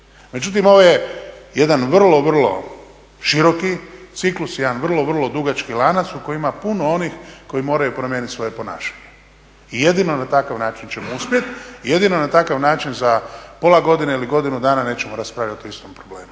Međutim ovo je jedan vrlo, vrlo široki ciklus, jedan vrlo, vrlo dugački lanac u kojem ima puno onih koji moraju promijeniti svoje ponašanje i jedino na takav način ćemo uspjeti i jedino na takav način za pola godine ili godinu dana nećemo raspravljati o istom problemu.